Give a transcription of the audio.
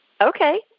Okay